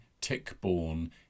tick-borne